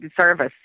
service